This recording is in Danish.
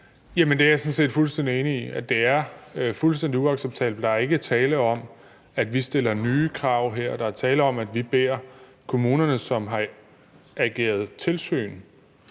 sådan set fuldstændig enig i, at det er fuldkommen uacceptabelt. Der er ikke tale om, at vi stiller nye krav her. Der er tale om, at vi beder kommunerne, som har ageret tilsyn